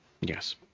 yes